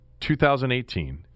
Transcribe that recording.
2018